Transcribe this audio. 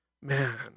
man